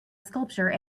sculpture